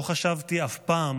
לא חשבתי אף פעם